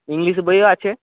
English বইও আছে